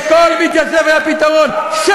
לכל מתיישב היה פתרון, תתביישי.